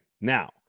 now